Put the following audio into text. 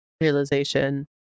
realization